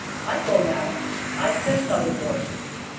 i go now i send nother boy,